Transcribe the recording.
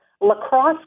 lacrosse